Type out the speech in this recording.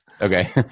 Okay